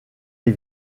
les